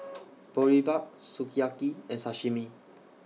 Boribap Sukiyaki and Sashimi